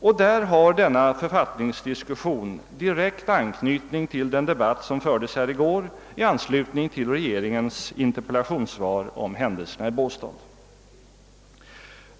Och där har denna författningsdiskussion direkt anknytning till den debatt som fördes här i går i anslutning till regeringens interpellationssvar om händelserna i Båstad.